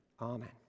Amen